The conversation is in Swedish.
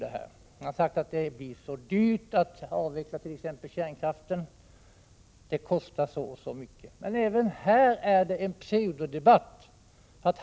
Det blir så dyrt att t.ex. avveckla kärnkraften, det kostar så och så mycket. Även här har vi en pseudodebatt.